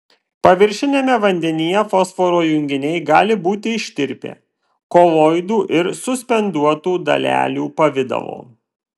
paviršiniame vandenyje fosforo junginiai gali būti ištirpę koloidų ir suspenduotų dalelių pavidalo